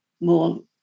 more